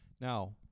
Now